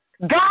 God